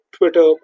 Twitter